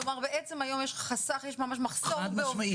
כלומר, בעצם היום יש ממש מחסור בעובדים.